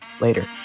Later